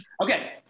Okay